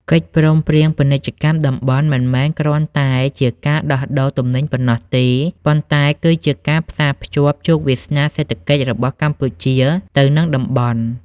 កិច្ចព្រមព្រៀងពាណិជ្ជកម្មតំបន់ មិនមែនគ្រាន់តែជាការដោះដូរទំនិញប៉ុណ្ណោះទេ ប៉ុន្តែគឺជាការផ្សារភ្ជាប់ជោគវាសនាសេដ្ឋកិច្ចរបស់កម្ពុជាទៅនឹងតំបន់។